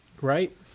right